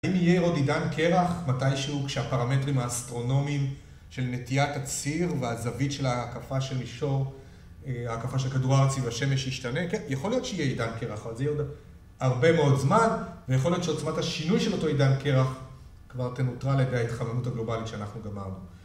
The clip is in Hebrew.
האם יהיה עוד עידן קרח? מתישהו כשהפרמטרים האסטרונומיים של נטיית הציר והזווית של ההקפה של מישור ההקפה של כדור הארץ סביב והשמש ישתנה? כן, יכול להיות שיהיה עוד עידן קרח, אבל זה יהיה עוד הרבה מאוד זמן, ויכול להיות שעוצמת השינוי של אותו עידן קרח כבר תנוטרל על ידי ההתחממות הגלובלית שאנחנו גרמנו